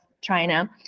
China